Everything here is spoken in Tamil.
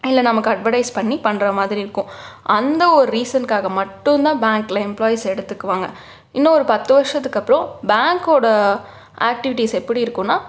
இதில் நமக்கு அட்வடைஸ் பண்ணி பண்ணுற மாதிரி இருக்கும் அந்த ஒரு ரீசன்காக மட்டும் தான் பேங்கில் எம்பிளாயிஸ் எடுத்துக்குவாங்க இன்னோரு பத்து வருஷத்துக்கு அப்புறோம் பேங்கோட ஆக்டிவிட்டீஸ் எப்படி இருக்குன்னா